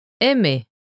Aimer